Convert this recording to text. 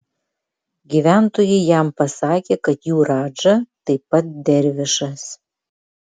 gyventojai jam pasakė kad jų radža taip pat dervišas